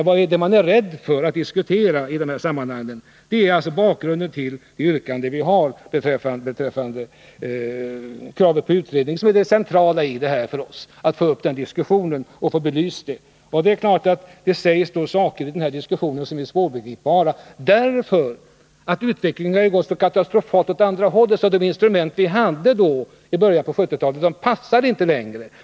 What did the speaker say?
Vad är det man är rädd för att diskutera i de här sammanhangen? Detta är bakgrunden till det yrkande vi har om en utredning. Det centrala för oss är att få i gång en diskussion och få frågan belyst: Det är klart att det sägs saker i denna diskussion som är svårbegripliga därför att utvecklingen har gått så katastrofalt långt åt andra hållet, att de instrument vi hade i början på 1970-talet inte längre passar.